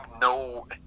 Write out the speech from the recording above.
no